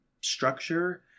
structure